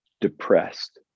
depressed